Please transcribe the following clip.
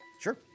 Sure